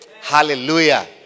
Hallelujah